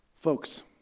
Folks